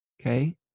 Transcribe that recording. okay